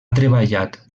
treballat